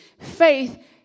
Faith